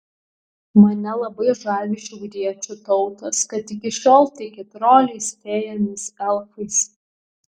mane labai žavi šiauriečių tautos kad iki šiol tiki troliais fėjomis elfais